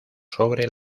sobre